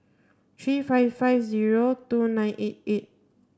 three five five zero two nine eight eight